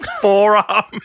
forearm